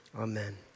Amen